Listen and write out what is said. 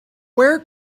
where